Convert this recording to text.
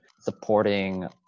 supporting